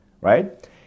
Right